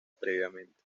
previamente